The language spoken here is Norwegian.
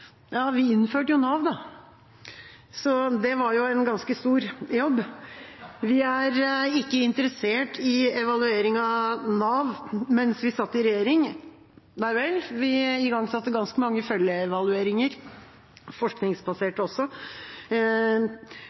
vi innførte jo Nav. Det var en ganske stor jobb. Og vi var ikke interessert i evaluering av Nav mens vi satt i regjering? Nei vel – vi igangsatte ganske mange følgeevalueringer, også forskningsbaserte,